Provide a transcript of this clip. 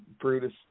Brutus